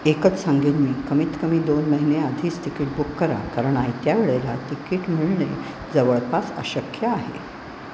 एकच सांगेन मी कमीत कमी दोन महिने आधीच तिकीट बुक करा कारण आयत्यावेळेला तिकीट मिळणे जवळपास अशक्य आहे